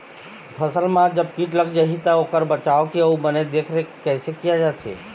फसल मा जब कीट लग जाही ता ओकर बचाव के अउ बने देख देख रेख कैसे किया जाथे?